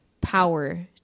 power